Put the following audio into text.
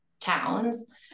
towns